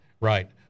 right